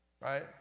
Right